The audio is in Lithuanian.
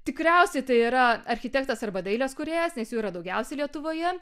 tikriausiai tai yra architektas arba dailės kūrėjas nes jų yra daugiausiai lietuvoje